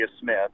Smith